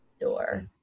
door